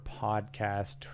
podcast